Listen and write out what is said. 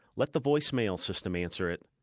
let the voicemail system answer it.